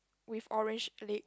with orange leg